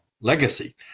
legacy